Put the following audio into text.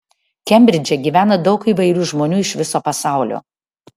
kembridže gyvena daug įvairių žmonių iš viso pasaulio